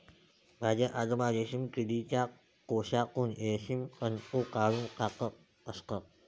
माझे आजोबा रेशीम किडीच्या कोशातून रेशीम तंतू काढून टाकत असत